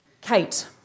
Kate